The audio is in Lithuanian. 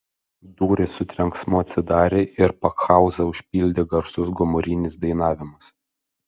durys su trenksmu atsidarė ir pakhauzą užpildė garsus gomurinis dainavimas